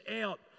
out